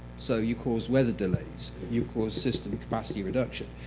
so you cause weather delays. you cause system capacity reduction.